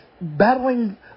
Battling